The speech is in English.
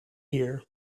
here